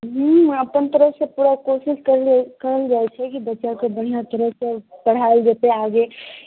ह्म्म अपन तरफसँ पूरा कोशिश केलियै कयल जाइ छै कि बच्चाके बढ़िआँ तरहसँ पढ़ायल जेतै आगे